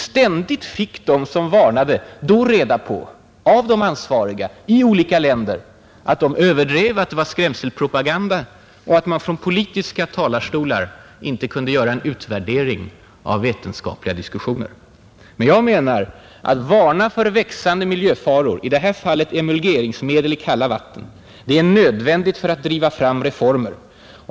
Ständigt fick de som varnade då reda på av de ansvariga i olika länder att de överdrev, att det var ”skrämselpropaganda” och att man från politiska talarstolar inte kunde göra en utvärdering av vetenskapliga diskussioner. Men jag menar: att varna för växande miljöfaror — i det här fallet emulgeringsmedel i kalla vatten — är nödvändigt för att driva fram reformer.